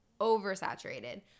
oversaturated